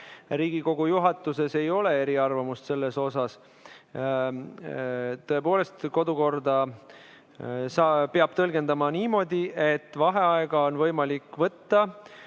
Riigikogu juhatuses ei ole eriarvamust selles osas. Tõepoolest, kodukorda peab tõlgendama niimoodi, et vaheaega on võimalik võtta